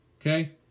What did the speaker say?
Okay